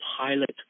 pilot